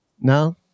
No